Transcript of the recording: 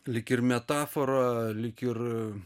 lyg ir metafora lyg ir